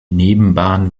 nebenbahn